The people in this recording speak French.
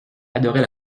adorait